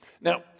Now